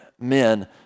men